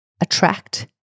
attract